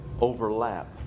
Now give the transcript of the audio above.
overlap